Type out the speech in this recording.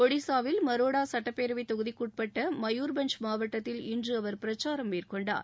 ஒடிசாவில் மரோடா சுட்டப் பேரவைத் தொகுதிக்கு உட்பட்ட மயூர் பஞ்ச் மாவட்டத்தில் இன்று அவர் பிரச்சாரம் மேற்கொண்டார்